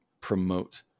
promote